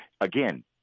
again